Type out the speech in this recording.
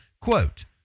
quote